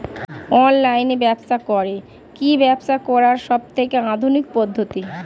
Online ব্যবসা করে কি ব্যবসা করার সবথেকে আধুনিক পদ্ধতি?